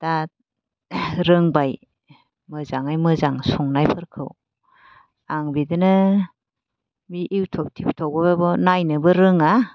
दा रेंबाय मोजांयै मोजां संनाय फोरखौ आं बिदिनो बि इउथुब थिउथुबावबो नायनोबो रोङा